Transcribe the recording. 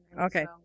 Okay